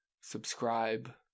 subscribe